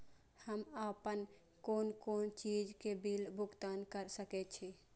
हम आपन कोन कोन चीज के बिल भुगतान कर सके छी?